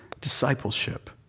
discipleship